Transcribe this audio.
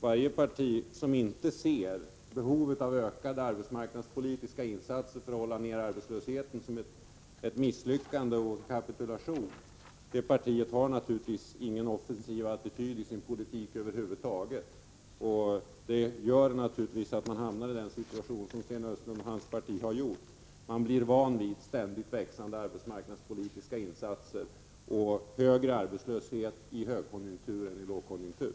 Varje parti som inte ser behovet av ökade arbetsmarknadspolitiska insatser för att hålla nere arbetslösheten som ett misslyckande och en kapitulation har naturligtvis ingen offensiv attityd i sin politik över huvud taget. Då hamnar man i den situation som Sten Östlunds parti har kommit i — man blir van vid ständigt ökande arbetsmarknadspolitiska insatser och högre arbetslöshet i högkonjunktur än i lågkonjunktur.